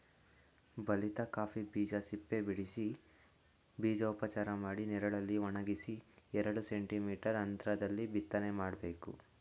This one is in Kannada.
ಬಲಿತ ಕಾಫಿ ಬೀಜ ಸಿಪ್ಪೆಬಿಡಿಸಿ ಬೀಜೋಪಚಾರ ಮಾಡಿ ನೆರಳಲ್ಲಿ ಒಣಗಿಸಿ ಎರಡು ಸೆಂಟಿ ಮೀಟರ್ ಅಂತ್ರದಲ್ಲಿ ಬಿತ್ತನೆ ಮಾಡ್ಬೇಕು